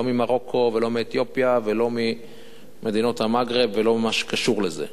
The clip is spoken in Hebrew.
לא ממרוקו ולא מאתיופיה ולא ממדינות המגרב ולא ממה שקשור לזה.